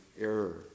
error